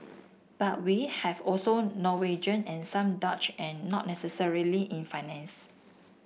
but we have also Norwegian and some Dutch and not necessarily in finance